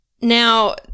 Now